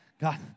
God